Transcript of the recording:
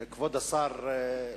כבוד השר,